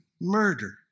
murder